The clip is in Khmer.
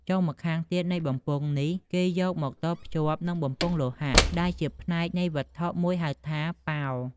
ចុងម្ខាងទៀតនៃបំពង់នេះ គេយកមកតភ្ជាប់នឹងបំពង់លោហៈ ដែលជាផ្នែកនៃវត្ថុមួយហៅថា «ប៉ោល» ។